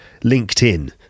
LinkedIn